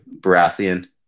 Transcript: Baratheon